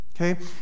Okay